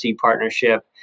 partnership